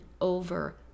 over